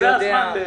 זה הזמן.